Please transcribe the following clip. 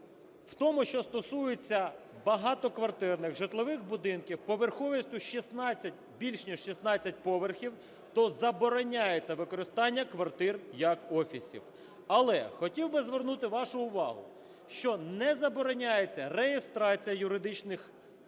В тому, що стосується багатоквартирних житлових будинків поверховістю 16, більш ніж 16 поверхів, то забороняється використання квартир як офісів. Але хотів би звернути вашу увагу, що не забороняється реєстрація юридичних осіб